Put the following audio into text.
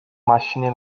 machine